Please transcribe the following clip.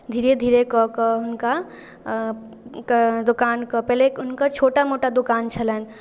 धीरे धीरे कऽ कऽ हुनकाके दोकानके पहिले हुनकर छोटा मोटा दोकान छलनि